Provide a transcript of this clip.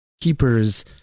Keeper's